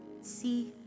See